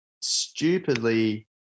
stupidly